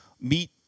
meet